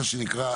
מה שנקרא,